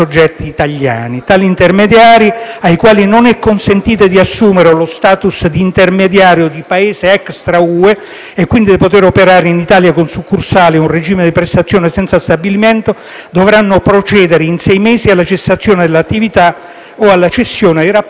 ai quali non è consentito di assumere lo *status* di intermediario di Paese extra-UE e quindi di poter operare in Italia con succursale o in regime di prestazione senza stabilimento, dovranno procedere in sei mesi alla cessazione delle attività o alla cessione dei rapporti a soggetti autorizzati.